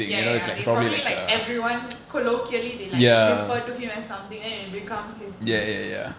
ya ya ya they probably like everyone colloquially they like refer to him as something then it becomes his name